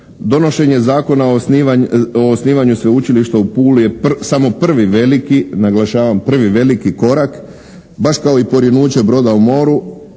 Donošenje zakona o osnivanju sveučilišta u Puli je samo prvi veliki, naglašavam prvi veliki korak baš kao i porinuće broda u more